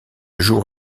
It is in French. jour